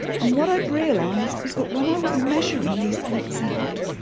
and what i've realised is that when i was measuring these pleats out,